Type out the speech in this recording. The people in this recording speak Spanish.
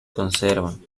conservan